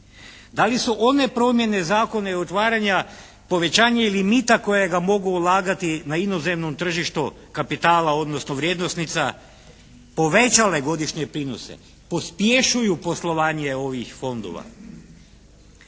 Da li su one promjene zakona i otvaranja povećanje limita kojega mogu ulagati na inozemnom tržištu kapitala odnosno vrijednosnica povećale godišnje prinose, pospješuju poslovanje ovih fondova?